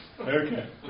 Okay